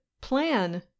plan